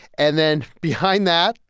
and then behind that,